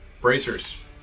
Bracers